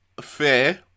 Fair